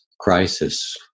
crisis